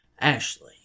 Ashley